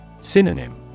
Synonym